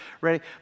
ready